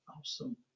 awesome